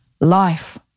life